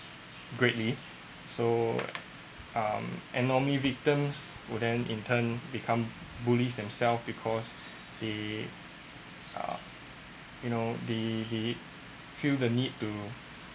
greatly so um and normally victims would then in turn become bullies themselves because they uh you know they did feel the need to